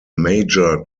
major